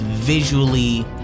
Visually